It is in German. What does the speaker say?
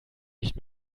nicht